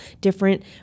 different